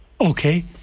Okay